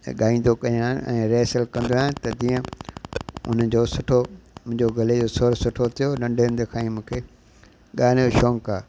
ऐं ॻाईंदो कयां ऐं रिहरसल कंदो आहियां त जीअं उन जो सुठो गले जो स्वर सुठो थियो नंढे हूंदे खां ई मूंखे ॻाइण जो शौक़ु आहे